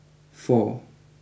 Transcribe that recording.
four